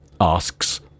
Asks